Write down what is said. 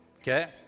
okay